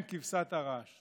הם כבשת הרש.